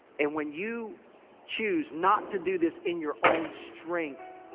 and when you choose not to do this in your own strength.